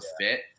fit